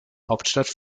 hauptstadt